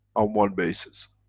on one basis,